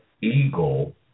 eagle